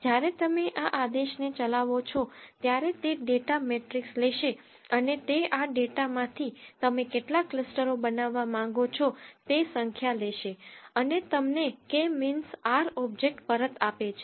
જ્યારે તમે આ આદેશને ચલાવો છો ત્યારે તે ડેટા મેટ્રિક્સ લેશે અને તે આ ડેટામાંથી તમે કેટલા ક્લસ્ટરો બનાવવા માંગો છો તે સંખ્યા લેશે અને તમને કે મીન્સ R ઓબ્જેક્ટ પરત આપે છે